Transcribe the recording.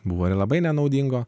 buvo labai nenaudingo